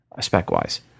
spec-wise